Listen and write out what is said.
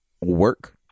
work